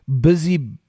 busy